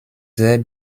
sehr